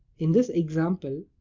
in this example,